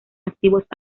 activos